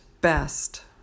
best